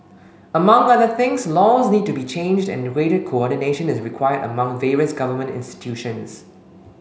among other things laws need to be changed and greater coordination is required among various government institutions